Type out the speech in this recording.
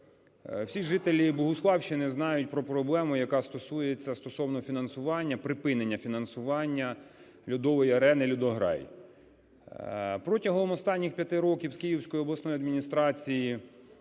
всі жителі Богуславщини знають про проблему, яка стосується фінансування, припинення фінансування льодової арени "Льодограй". Протягом останніх 5 років з Київської обласної адміністрації